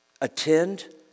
attend